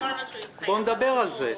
בוא נדבר על זה.